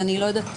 אני לא יודעת.